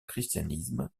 christianisme